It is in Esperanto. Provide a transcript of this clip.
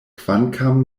kvankam